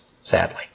sadly